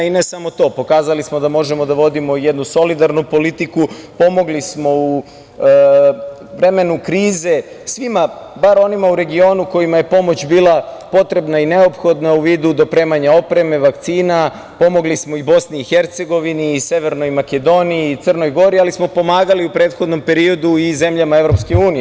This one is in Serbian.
Ne samo to, pokazali smo da možemo da vodimo jednu solidarnu politiku, pomogli smo u vremenu krize svima, bar onima u regionu kojima je pomoć bila potrebna i neophodna u vidu dopremanja opreme, vakcina, pomogli smo i Bosni i Hercegovini i Severnoj Makedoniji i Crnoj Gori ali smo pomagali u prethodnom periodu i zemljama Evropske unije.